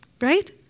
right